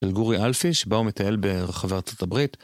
על גורי אלפי שבה הוא מטייל ברחבי ארה״ב